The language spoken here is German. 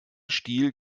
stil